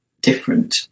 different